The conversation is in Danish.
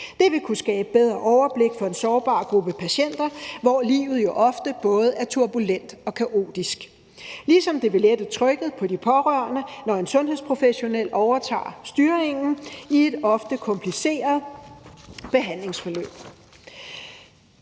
Det vil kunne skabe et bedre overblik for en sårbar gruppe patienter, hvor livet jo ofte både er turbulent og kaotisk, ligesom det vil lette trykket på de pårørende, når en sundhedsprofessionel overtager styringen i et ofte kompliceret behandlingsforløb,